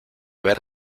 ver